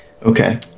okay